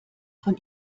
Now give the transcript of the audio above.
von